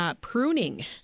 Pruning